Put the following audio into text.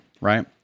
Right